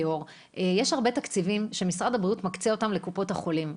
ליאור: יש הרבה תקציבים שמשרד הבריאות מקצה לקופות החולים.